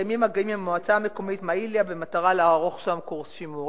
מתקיימים מגעים עם המועצה המקומית מעיליא במטרה לערוך שם קורס שימור.